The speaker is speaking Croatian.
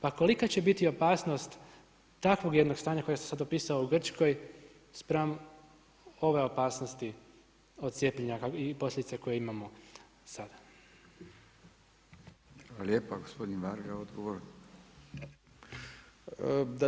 Pa kolika će biti opasnost takvog jednog stanja koje sam sad opisao u Grčkoj, spram ove opasnosti od cijepljenja i posljedica koje imamo sada?